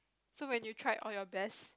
so when you tried all your best